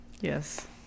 Yes